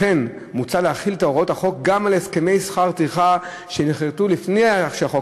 מוצע להחיל את הוראות החוק גם על הסכמי שכר טרחה שנכרתו לפני שהחוק